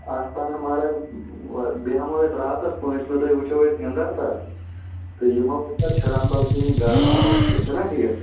اَستان مَرٕگ بیٚہمو أسۍ راتَس پٲنٛژمہِ دۄہہِ وٕچھو أسۍ اِنٛدَر سر تہٕ یِمو أسۍ پتہٕ چھِرن بل کِنی گَرٕ ہالن کِنۍ چھُنَہ ٹھیٖک